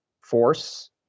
force